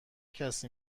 کسی